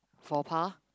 faux pas